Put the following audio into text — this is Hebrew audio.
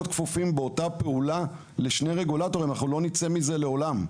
להיות כפופים באותה הפעולה לשני רגולטורים; אנחנו לא נצא מזה לעולם.